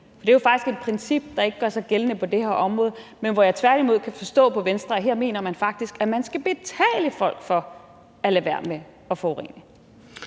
Det er jo faktisk et princip, der ikke gør sig gældende på det her område, men hvor jeg tværtimod kan forstå på Venstre, at man her mener, at man faktisk skal betale folk for at lade være med at forurene.